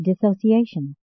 dissociation